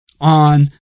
on